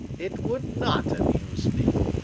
it would not amuse me.